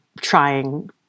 trying